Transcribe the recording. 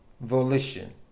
volition